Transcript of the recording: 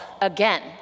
again